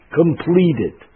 completed